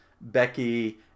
Becky